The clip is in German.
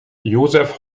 josef